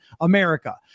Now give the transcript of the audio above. America